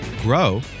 grow